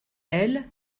elle